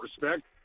respect